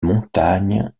montagne